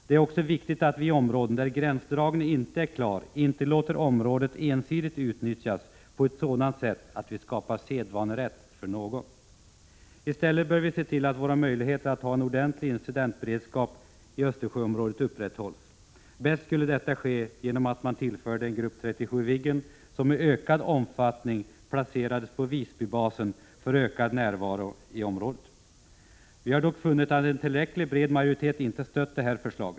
Det är också viktigt att vi i områden där gränsdragningen inte är klar inte låter området ensidigt utnyttjas på ett sådant sätt att vi skapar sedvanerätt för någon. 19 I stället bör vi se till att våra möjligheter att ha en ordentlig incidentberedskap upprätthålls. Bäst skulle detta kunna ske genom att man tillförde en grupp 37 Viggen, som i ökad omfattning placerades på Visbybasen för ökad närvaro i Östersjöområdet. Vi har dock funnit att en tillräckligt bred majoritet inte stött detta förslag.